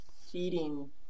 feeding